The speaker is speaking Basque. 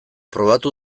probatu